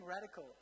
radical